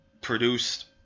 produced